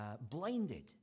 blinded